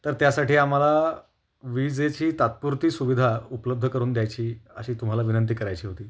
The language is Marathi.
तर त्यासाठी आम्हाला वीजेची तात्पुरती सुविधा उपलब्ध करून द्यायची अशी तुम्हाला विनंती करायची होती